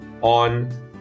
on